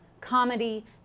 comedy